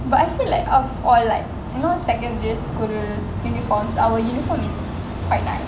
but I feel like of all like you know secondary school uniforms our uniform is quite nice